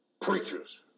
preachers